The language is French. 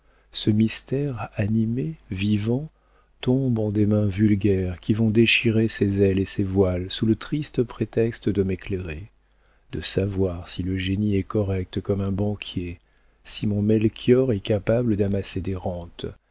ce mystère animé vivant tombe en des mains vulgaires qui vont déchirer ses ailes et ses voiles sous le triste prétexte de m'éclairer de savoir si le génie est correct comme un banquier si mon melchior est capable d'amasser